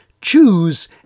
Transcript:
choose